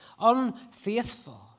unfaithful